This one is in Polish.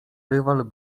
rywal